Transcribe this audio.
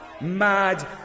Mad